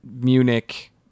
Munich